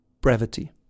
brevity